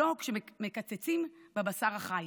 לא כשמקצצים בבשר החי,